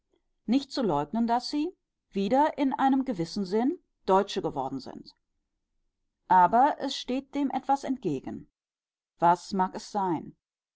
nicht zu leugnen daß sie wieder in einem gewissen sinn deutsche geworden sind aber es steht dem etwas entgegen was mag es sein